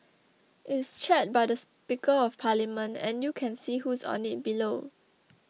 it's chaired by the Speaker of Parliament and you can see who's on it below